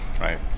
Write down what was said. Right